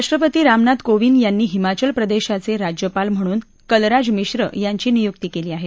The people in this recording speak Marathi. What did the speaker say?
राष्ट्रपती रामनाथ कोविंद यांनी हिमाचल प्रदेशाचे राज्यपाल म्हणून कलराज मिश्र यांची नियुक्ती केली आहे